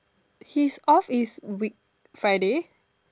his off is week Friday